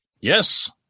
yes